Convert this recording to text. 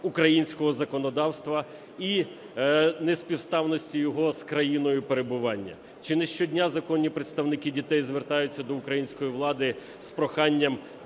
українського законодавства і неспівставності його з країною перебування. Чи не щодня законні представники дітей звертаються до української влади з проханням